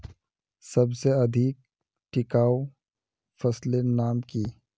सबसे अधिक टिकाऊ फसलेर नाम की?